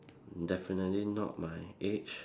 definitely not my age